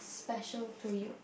special to you